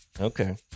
Okay